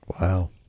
Wow